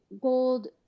gold